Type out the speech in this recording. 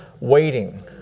waiting